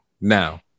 Now